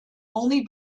only